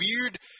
weird